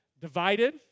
divided